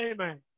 Amen